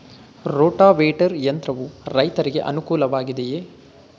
Rotavator ಯಂತ್ರವು ರೈತರಿಗೆ ಅನುಕೂಲ ವಾಗಿದೆಯೇ?